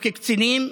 לא כקצינים,